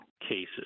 cases